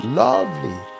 lovely